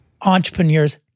entrepreneurs